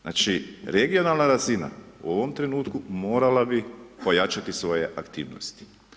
Znači regionalna razina, u ovom trenutku morala bi pojačati svoje aktivnosti.